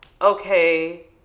okay